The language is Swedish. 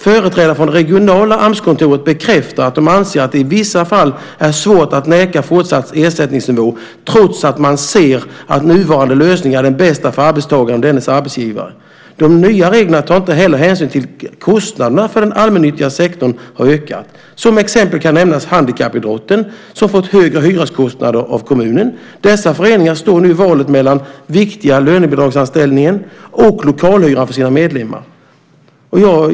Företrädare för det regionala Amskontoret bekräftar att de anser att det i vissa fall är svårt att neka fortsatt ersättningsnivå trots att man ser att nuvarande lösning är den bästa för arbetstagaren och dennes arbetsgivare. De nya reglerna tar inte heller hänsyn till att kostnaderna för den allmännyttiga sektorn har ökat. Som exempel kan nämnas handikappidrotten som har fått högre hyreskostnader av kommunen. Dessa föreningar står nu i valet mellan viktiga lönebidragsanställningar och lokalhyra för sina medlemmar.